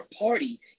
party